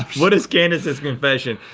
what is candace's confession?